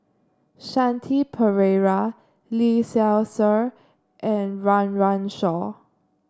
Shanti Pereira Lee Seow Ser and Run Run Shaw